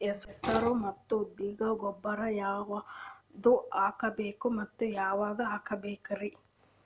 ಹೆಸರು ಮತ್ತು ಉದ್ದಿಗ ಗೊಬ್ಬರ ಯಾವದ ಹಾಕಬೇಕ ಮತ್ತ ಯಾವಾಗ ಹಾಕಬೇಕರಿ?